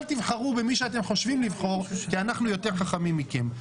אל תבחרו במי שאתם חושבים לבחור כי אנחנו יותר חכמים מכם.